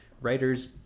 writers